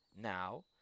now